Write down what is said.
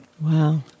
Wow